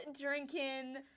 drinking